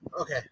okay